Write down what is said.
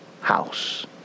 house